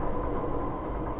uh